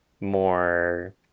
more